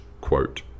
quote